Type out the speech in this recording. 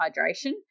hydration